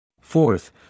Fourth